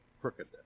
crookedness